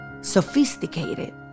sophisticated